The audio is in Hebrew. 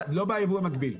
לא ביבוא המקביל.